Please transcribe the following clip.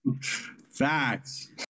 Facts